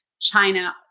China